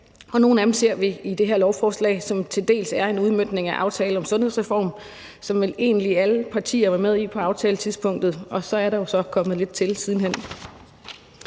Og nogle af dem ser vi i det her lovforslag, som til dels er en udmøntning af aftalen om en sundhedsreform, som vel egentlig alle partier var med i på aftaletidspunktet, og så er der jo kommet lidt til siden hen.